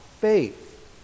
faith